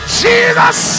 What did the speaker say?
jesus